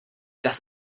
das